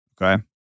Okay